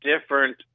different